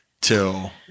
till